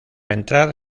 entrar